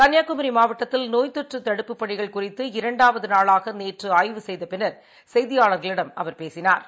கன்னியாகுமரிமாவட்டத்தில் நோய் தொற்றுதடுப்புப் பணிகள் குறித்து இரண்டாவதுநாளாகநேற்றுஆய்வு செய்தபினனா் செய்தியாளாகளிடம் அவா் பேசினாா்